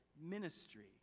ministry